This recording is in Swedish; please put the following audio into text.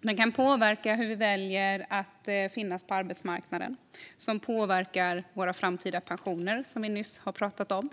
Det kan påverka hur vi väljer att finnas på arbetsmarknaden. Det i sin tur påverkar våra framtida pensioner, som vi nyss pratat om.